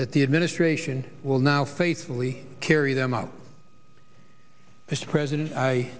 that the administration will now faithfully carry them out this president i